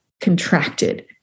contracted